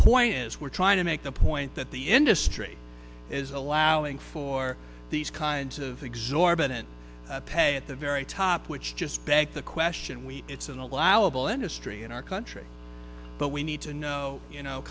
point is we're trying to make the point that the industry is allowing for these kinds of exorbitant pay at the very top which just begs the question we it's an allowable industry in our country but we need to know you know